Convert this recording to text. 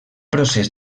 procés